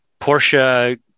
Porsche